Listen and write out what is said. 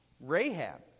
Rahab